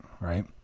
right